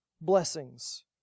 blessings